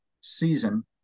season